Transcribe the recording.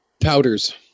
powders